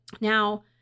Now